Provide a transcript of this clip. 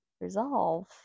resolve